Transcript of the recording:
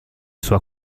sua